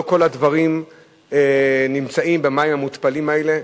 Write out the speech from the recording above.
לא כל הדברים נמצאים במים המותפלים האלה.